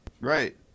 Right